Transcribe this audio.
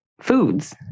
foods